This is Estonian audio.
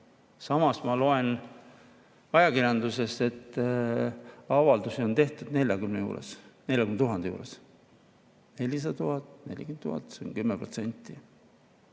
Samas ma loen ajakirjandusest, et avaldusi on tehtud 40 000 ringis. 400 000 ja 40 000 – see on 10%.